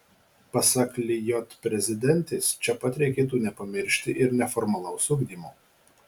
pasak lijot prezidentės čia pat reikėtų nepamiršti ir neformalaus ugdymo